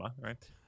right